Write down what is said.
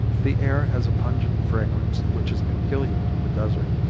the air has a pungent fragrance which is peculiar to the desert,